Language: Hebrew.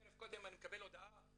ערב קודם אני מקבל הודעה,